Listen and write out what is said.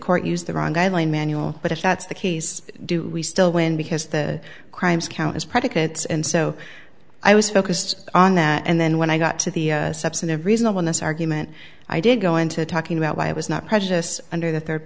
court used the wrong guideline manual but if that's the case do we still win because the crimes count as predicates and so i was focused on that and then when i got to the substance of reasonableness argument i did go into talking about why it was not prejudice under the third